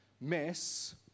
mess